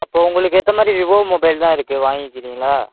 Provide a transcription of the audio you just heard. அப்போ உங்களுக்கு ஏற்ற மாதிரி விவோ மொபைல் தான் இருக்குது வாங்கிக்குறீங்களா